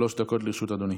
שלוש דקות לרשות אדוני.